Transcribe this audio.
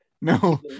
No